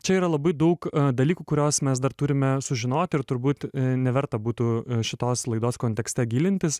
čia yra labai daug dalykų kuriuos mes dar turime sužinoti ir turbūt neverta būtų šitos laidos kontekste gilintis